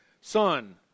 son